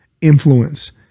influence